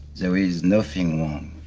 there is nothing wrong.